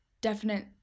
definite